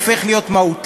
מה זה